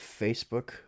Facebook